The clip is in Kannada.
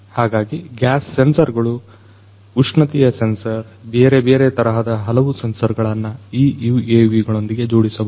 ಹಾಗಾಗಿ ಗ್ಯಾಸ್ ಸೆನ್ಸರ್ ಗಳು ಉಷ್ಣತೆಯ ಸೆನ್ಸರ್ ಬೇರೆ ಬೇರೆ ತರಹದ ಹಲವು ಸೆನ್ಸರ್ ಗಳನ್ನು ಈ UAV ಗಳೊಂದಿಗೆ ಜೋಡಿಸಬಹುದು